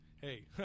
Hey